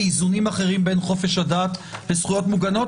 לאיזונים אחרים בין חופש הדת לזכויות מוגנות,